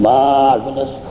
marvelous